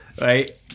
right